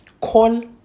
Call